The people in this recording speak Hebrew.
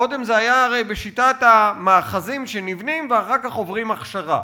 קודם זה היה הרי בשיטת המאחזים שנבנים ואחר כך עוברים הכשרה,